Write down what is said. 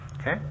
okay